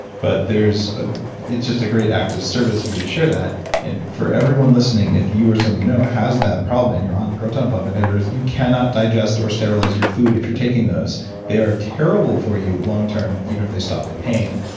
but ah it's just a great act of service for you to share that and for everyone listening, if you or someone you know has that problem and you're on proton pump inhibitors you cannot digest or sterilize your food if you're taking those they are terrible for you long term even if they stop the pain.